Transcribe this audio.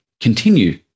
continue